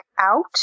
out